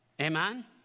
Amen